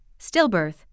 stillbirth